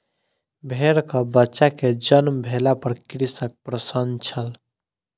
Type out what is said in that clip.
भेड़कबच्चा के जन्म भेला पर कृषक प्रसन्न छल